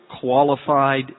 qualified